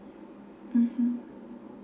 mmhmm